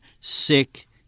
sick